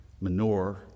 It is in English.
manure